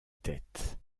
tête